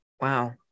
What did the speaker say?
Wow